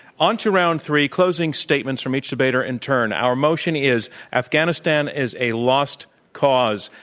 onto round three, closing statements from each debater in turn. our motion is afghanistan is a lost cause.